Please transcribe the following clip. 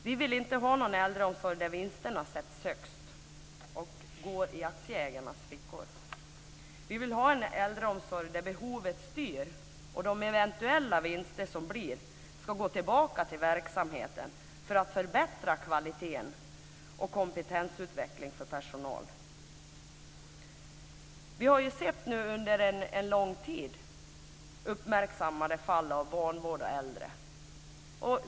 Vi vill inte ha en äldreomsorg där vinsterna sätts högst och går ned i aktieägarnas fickor, utan vi vill ha en äldreomsorg där behovet styr och där eventuella vinster går tillbaka till verksamheten så att kvaliteten kan förbättras. Det gäller också kompetensutvecklingen för personalen. Under en lång tid har det varit uppmärksammade fall av vanvård av äldre.